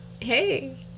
hey